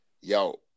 Yo